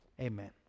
Amen